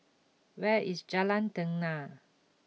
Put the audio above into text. where is Jalan Tenang